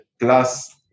plus